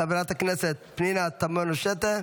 חברת הכנסת פנינה תמנו שטה,